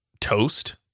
toast